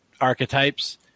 archetypes